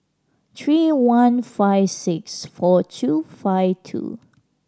three one five six four two five two